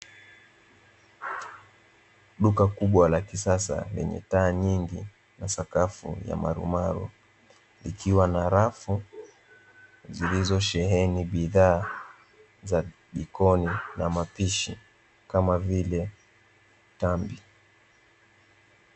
Duka kubwa la kisasa yenye taa nyingi na sakafu ya marumaru, ikiwa na rafu zilizosheheni bidhaa za jikoni na mapishi kama vile tambi.